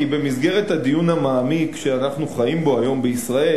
כי במסגרת הדיון המעמיק שאנחנו חיים בו היום בישראל